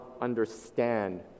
understand